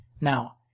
Now